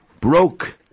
broke